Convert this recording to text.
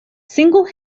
single